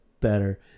better